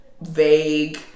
vague